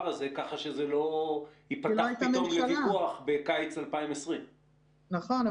הזה כך שזה לא ייפתח לוויכוח בקיץ 2020. נכון,